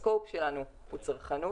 ה-scope שלנו הוא צרכנות,